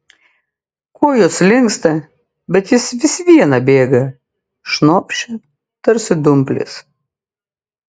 kojos linksta bet jis vis viena bėga šnopščia tarsi dumplės